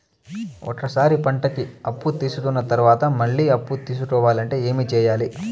ఒక సారి పంటకి అప్పు తీసుకున్న తర్వాత మళ్ళీ అప్పు తీసుకోవాలంటే ఏమి చేయాలి?